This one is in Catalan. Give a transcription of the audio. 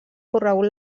corregut